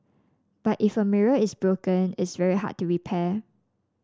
but if a mirror is broken it's very hard to repair